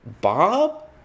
Bob